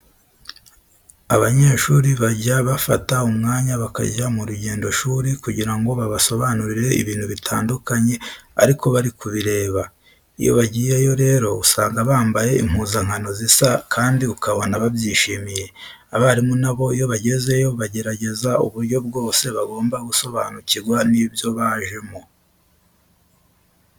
Abanyeshuri bajya bafata umwanya bakajya mu rugendoshuri kugira ngo babasobanurire ibintu bitandukanye ariko bari kubireba. Iyo bagiyeyo rero usanga bambaye impuzankano zisa kandi ukabona babyishimiye. Abarimu na bo iyo bagezeyo bagerageza uburyo bwose bagomba gusobanukirwa n'ibyo bajemo.